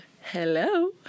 hello